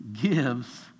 gives